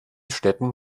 städten